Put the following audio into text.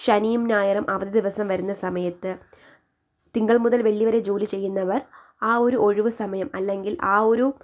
ശനിയും ഞായറും അവധി ദിവസം വരുന്ന സമയത്ത് തിങ്കൾ മുതൽ വെള്ളി വരെ ജോലി ചെയ്യുന്നവർ ആ ഒരു ഒഴിവ് സമയം അല്ലെങ്കിൽ ആ ഒരു